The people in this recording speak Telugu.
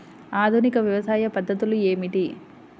ఆధునిక వ్యవసాయ పద్ధతులు ఏమిటి?